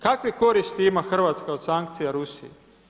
Kakve koristi ima Hrvatska od sankciji Rusije?